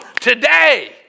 today